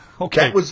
Okay